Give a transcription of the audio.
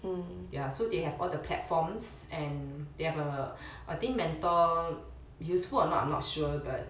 um ya so they have all the platforms and they have a I think mentor useful or not I'm not sure but